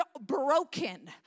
broken